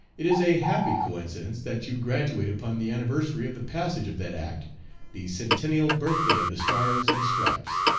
it is a happy coincidence that you graduate upon the anniversary of the passage of that act the centennial birthday of the stars and stripes.